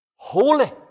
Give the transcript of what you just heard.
holy